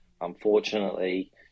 Unfortunately